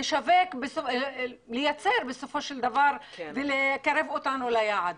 לייצר ולקרב אותנו ליעד